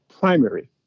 primary